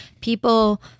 people